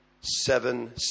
seven